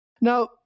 Now